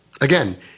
Again